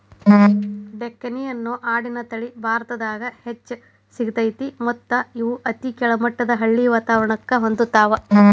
ಡೆಕ್ಕನಿ ಅನ್ನೋ ಆಡಿನ ತಳಿ ಭಾರತದಾಗ್ ಹೆಚ್ಚ್ ಸಿಗ್ತೇತಿ ಮತ್ತ್ ಇವು ಅತಿ ಕೆಳಮಟ್ಟದ ಹಳ್ಳಿ ವಾತವರಣಕ್ಕ ಹೊಂದ್ಕೊತಾವ